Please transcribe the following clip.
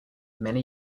many